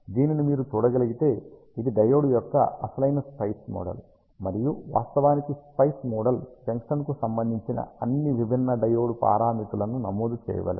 దీనిని మీరు చూడగలిగితే ఇది డయోడ్ యొక్క అసలైన స్పైస్ మోడల్ మరియు వాస్తవానికి స్పైస్ మోడల్ జంక్షన్కు సంబంధించిన అన్ని విభిన్న డయోడ్ పారామితులను నమోదు చేయవలెను